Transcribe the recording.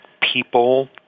people